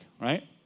right